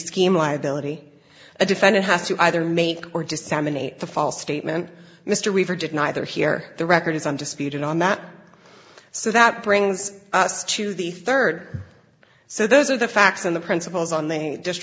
scheme liability a defendant has to either make or disseminate the false statement mr weaver did neither here the record is undisputed on that so that brings us to the third so those are the facts and the principles on the